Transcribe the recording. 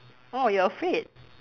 oh you're afraid